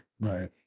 Right